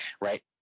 right